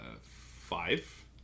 five